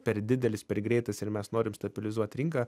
per didelis per greitas ir mes norim stabilizuot rinką